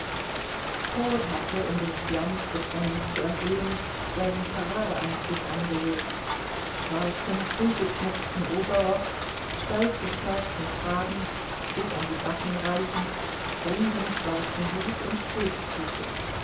cord hatte um den glanz des rennens zu erhöhen seinen paradeanzug angelegt schwarzen zugeknöpften oberrock steif gestärkten kragen bis an die backen reichend runden schwarzen hut und